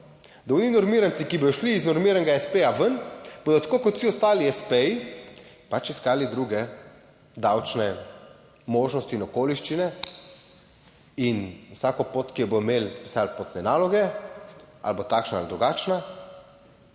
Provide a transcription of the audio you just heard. Da oni normiranci, ki bodo šli iz normiranega s. p. ven, bodo tako kot vsi ostali s.p-ji pač iskali druge davčne možnosti in okoliščine in vsako pot, ki jo bomo imeli, vse potne naloge ali bo takšna ali drugačna,